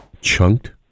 Chunked